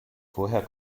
woher